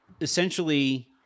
essentially